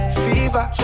fever